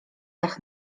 dach